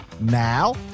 Now